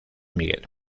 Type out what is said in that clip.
miguel